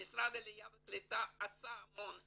משרד העלייה והקליטה עשה המון,